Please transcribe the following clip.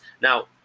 Now